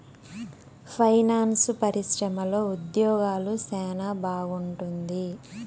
finance పరిశ్రమలో ఉద్యోగాలు సెనా బాగుంటుంది